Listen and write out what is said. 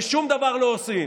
ושום דבר לא עושים.